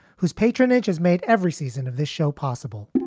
whose patronage has made every season of this show possible.